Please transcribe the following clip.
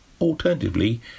Alternatively